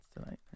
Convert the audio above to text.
tonight